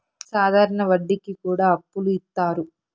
సాధారణ వడ్డీ కి కూడా అప్పులు ఇత్తారు